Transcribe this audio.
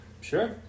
Sure